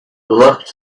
looked